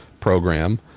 program